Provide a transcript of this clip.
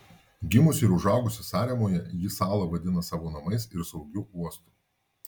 gimusi ir užaugusi saremoje ji salą vadina savo namais ir saugiu uostu